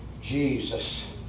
Jesus